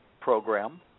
program